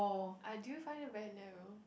ah do you find it very narrow